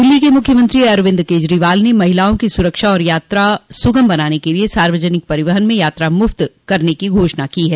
दिल्ली के मुख्यमंत्री अरविंद केजरीवाल ने महिलाओं की सुरक्षा और यात्रा सुगम बनाने के लिए सार्वजनिक परिवहन में यात्रा मुफ्त करने की घोषणा की है